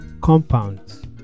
compounds